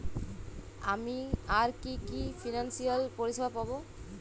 আমি আর কি কি ফিনান্সসিয়াল পরিষেবা পাব?